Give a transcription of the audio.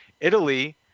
Italy